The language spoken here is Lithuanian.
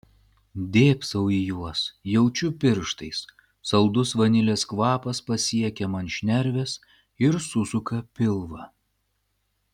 dėbsau į juos jaučiu pirštais saldus vanilės kvapas pasiekia man šnerves ir susuka pilvą